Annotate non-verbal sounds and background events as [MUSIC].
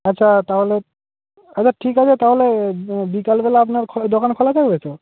আচ্ছা তাহলে আচ্ছা ঠিক আছে তাহলে বিকালবেলা আপনার [UNINTELLIGIBLE] দোকান খোলা থাকবে তো